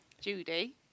Judy